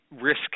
risk